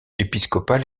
épiscopal